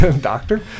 Doctor